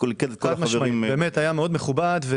היה מאוד מכובד.